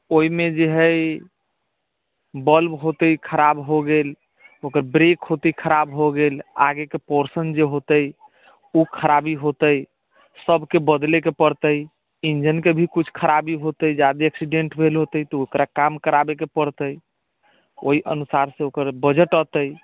ओहिमे जे हइ बल्ब हौते खराब हो गेल ओकर ब्रेक हौते खराब हो गेल आगेके पोर्शन जे हौते ओ खराबी हौते सभके बदलयके पड़तै इंजनके भी कुछ खराबी हौते ज्यादे एक्सीडेंट भेल हौते तऽ ओकरा काम कराबयके पड़तै ओहि अनुसार से ओकर बजट औतै